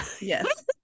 yes